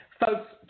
Folks